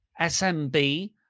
SMB